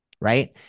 right